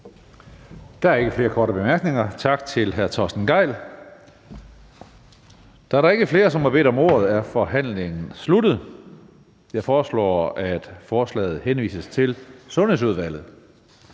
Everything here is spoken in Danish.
jeg ser ikke nogen korte bemærkninger, så tak til ministeren. Da der ikke er flere, der har bedt om ordet, er forhandlingen afsluttet. Jeg foreslår, at lovforslaget henvises til Skatteudvalget.